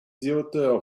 author